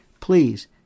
please